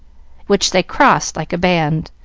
which they crossed like a band.